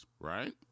right